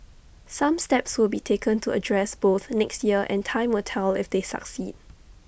some steps will be taken to address both next year and time will tell if they succeed